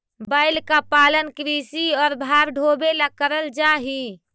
बैल का पालन कृषि और भार ढोवे ला करल जा ही